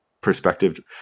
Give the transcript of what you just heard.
perspective